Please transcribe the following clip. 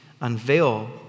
unveil